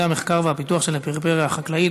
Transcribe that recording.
למו"פים של הפריפריה החקלאית,